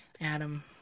Adam